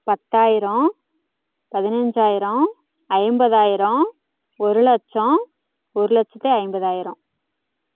பத்தாயிரம் பதினஞ்சாயிரம் ஐம்பதாயிரம் ஒரு லட்சம் ஒரு லட்சத்தி ஐம்பதாயிரம்